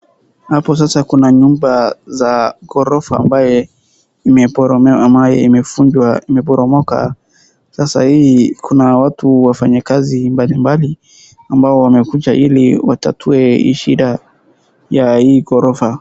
Hapo sasa kuna nyumba za ghorofa ambaye imeporomoka. Sasa hii kuna watu wafanyakazi mbalimbali ambao wamekuja ilki watatue hii shida ya hii ghorofa.